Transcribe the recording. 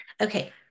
Okay